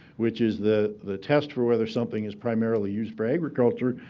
which is the the test for whether something is primarily used for agriculture,